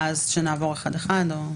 ואז נעבור אחד-אחד?